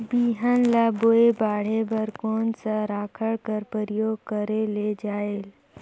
बिहान ल बोये बाढे बर कोन सा राखड कर प्रयोग करले जायेल?